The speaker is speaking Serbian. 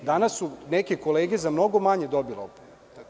Danas su neke kolege za mnogo manje dobile opomenu.